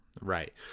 right